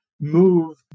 move